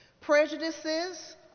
prejudices